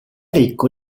ricco